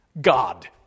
God